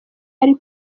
ari